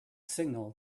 signal